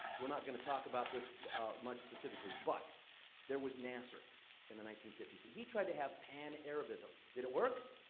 we're not going to talk about this much, specifically, but there was nasser in the nineteen fifty s, and he tried to have pan-arabism. did it work?